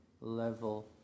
level